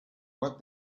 what